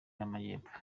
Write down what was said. y’amajyepfo